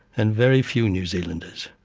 and very few new zealanders,